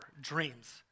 dreams